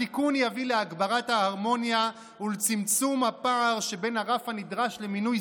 התיקון יביא להגברת ההרמוניה ולצמצום הפער שבין הרף הנדרש למינוי